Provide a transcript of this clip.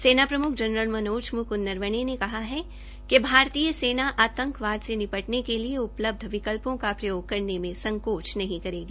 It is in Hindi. सेना प्रमुख जनरल मनोज मुक्ंद नरवणे ने कहा है कि भारतीय सेना आंतकवाद से निपटने के लिए उपलब्ध विकल्पों का प्रयोग करने में संकोच नहीं करेगी